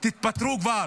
תתפטרו כבר.